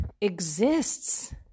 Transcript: exists